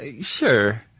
sure